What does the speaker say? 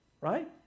Right